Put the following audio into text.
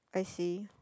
I see